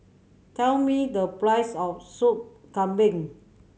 tell me the price of Sup Kambing